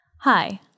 Hi